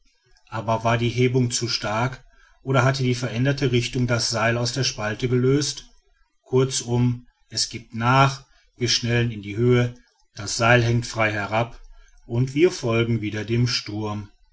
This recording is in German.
aber war die hebung zu stark oder hat die veränderte richtung das seil aus der spalte gelöst kurzum es gibt nach wir schnellen in die höhe das seil hängt frei herab und wir folgen wieder dem sturm